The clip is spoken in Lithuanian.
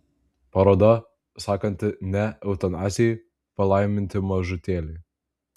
paroda sakanti ne eutanazijai palaiminti mažutėliai